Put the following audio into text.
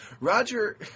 Roger